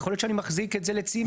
יכול להיות שאני מחזיק את זה לצימר,